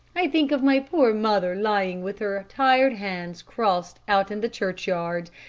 i think of my poor mother lying with her tired hands crossed out in the churchyard,